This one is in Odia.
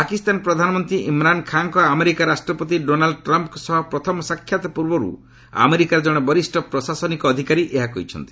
ପାକିସ୍ତାନ ପ୍ରଧାନମନ୍ତ୍ରୀ ଇମ୍ରାନ୍ ଖାଁଙ୍କ ଆମେରିକା ରାଷ୍ଟ୍ରପତି ଡୋନାଲ୍ଡ୍ ଟ୍ରମ୍ଫ୍ଙ୍କ ସହ ପ୍ରଥମ ସାକ୍ଷାତ୍ ପୂର୍ବରୁ ଆମେରିକାର ଜଣେ ବରିଷ ପ୍ରଶାସନିକ ଅଧିକାରୀ ଏହା କହିଛନ୍ତି